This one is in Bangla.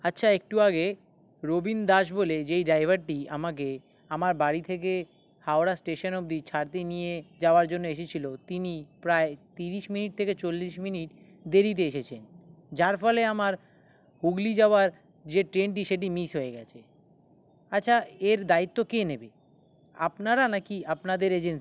আচ্ছা একটু আগে রবিন দাস বলে যেই ড্রাইভারটি আমাকে আমার বাড়ি থেকে হাওড়া স্টেশন অবধি ছাড়তে নিয়ে যাওয়ার জন্য এসেছিলো তিনি প্রায় তিরিশ মিনিট থেকে চল্লিশ মিনিট দেরিতে এসেছেন যার ফলে আমার হুগলি যাবার যে ট্রেনটি সেটি মিস হয়ে গেছে আচ্ছা এর দায়িত্ব কে নেবে আপনারা না কি আপনাদের এজেন্সি